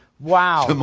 wow.